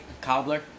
cobbler